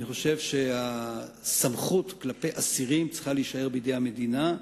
אני חושב שהסמכות כלפי אסירים צריכה להישאר בידי המדינה,